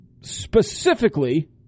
specifically